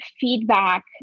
feedback